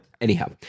Anyhow